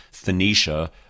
Phoenicia